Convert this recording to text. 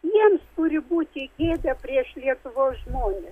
jiems turi būti gėda prieš lietuvos žmonės